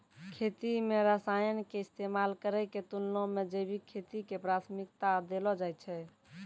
खेती मे रसायन के इस्तेमाल करै के तुलना मे जैविक खेती के प्राथमिकता देलो जाय छै